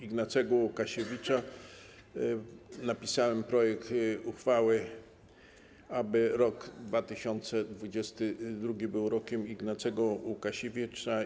Ignacego Łukasiewicza napisałem projekt uchwały, aby rok 2022 był rokiem Ignacego Łukasiewicza.